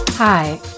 Hi